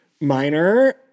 minor